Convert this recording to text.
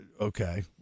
okay